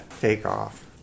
takeoff